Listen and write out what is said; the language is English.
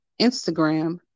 Instagram